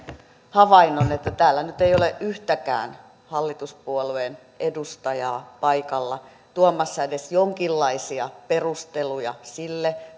havainnon että täällä nyt ei ole yhtäkään hallituspuolueen edustajaa paikalla tuomassa edes jonkinlaisia perusteluja sille